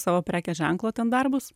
savo prekės ženklo ten darbus